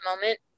moment